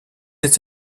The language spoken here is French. les